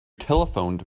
telephoned